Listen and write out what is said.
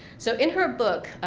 so in her book,